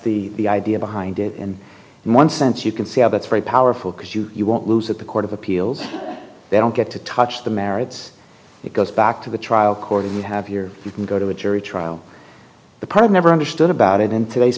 that's the idea behind it in one sense you can see how that's very powerful because you you won't lose at the court of appeals they don't get to touch the merits it goes back to the trial court and you have here you can go to a jury trial the part of never understood about it in today's